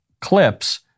clips